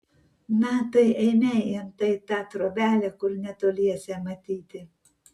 na tai eime į antai tą trobelę kur netoliese matyti